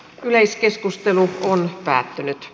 yleiskeskustelu päättyi